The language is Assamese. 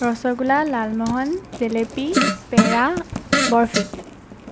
ৰসগোল্লা লালমোহন জিলাপি পেৰা বৰফি